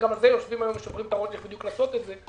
וגם על זה שוברים היום את הראש איך לעשות את זה,